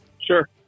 Sure